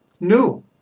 new